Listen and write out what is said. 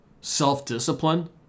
self-discipline